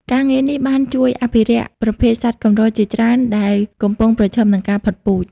ការងារនេះបានជួយអភិរក្សប្រភេទសត្វកម្រជាច្រើនដែលកំពុងប្រឈមនឹងការផុតពូជ។